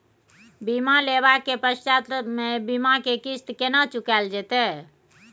बीमा लेबा के पश्चात बीमा के किस्त केना चुकायल जेतै?